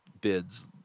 bids